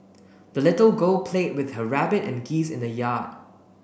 the little girl played with her rabbit and geese in the yard